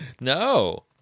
No